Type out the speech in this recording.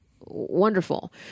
Wonderful